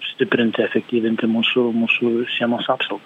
stiprinti efektyvinti mūsų mūsų sienos apsaugą